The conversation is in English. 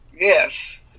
Yes